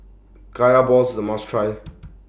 Kaya Balls IS A must Try